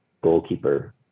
goalkeeper